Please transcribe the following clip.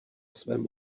svém